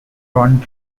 ron